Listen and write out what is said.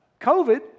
COVID